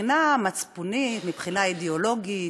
מבחינה מצפונית, מבחינה אידיאולוגית,